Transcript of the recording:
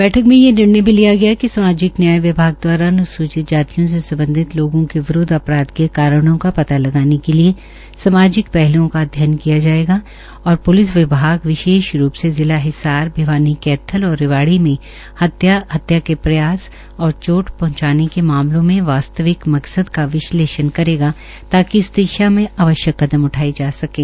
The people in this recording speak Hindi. बैठक में यह निर्णय भी लिया गया कि सामाजिक न्याय विभाग द्वारा अन्सूचित जातियों से संबंधित लोगों के विरूद्व अपराध के कारणों का पता लगाने के लिए सामाजिक पहलुओं का अध्ययन किया जाएगा और प्लिस विभाग विशेष रूप से जिला हिसार भिवानी कैथल और रेवाड़ी में हत्या हत्या के प्रयास और चोट पहंचाने के मामलों में वास्तविक मकसद का विश्लेषण करेगा ताकि इस दिशा में आवश्यक कदम उठाए जा सकें